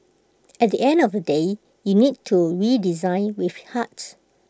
at the end of the day you need to redesign with heart